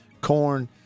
corn